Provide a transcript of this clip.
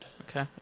Okay